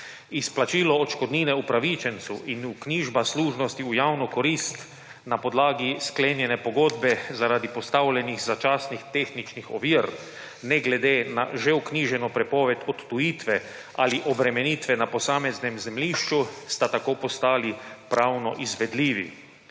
Izplačilo odškodnine upravičencu in vknjižba služnosti v javno korist na podlagi sklenjene pogodbe zaradi postavljenih začasnih tehničnih ovir, ne glede na že vknjiženo prepoved odtujitve ali obremenitve na posameznem zemljišču, sta tako postali pravno izvedljivi.